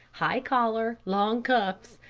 high collar, long cuffs,